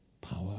power